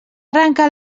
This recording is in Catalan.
arrencar